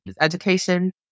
Education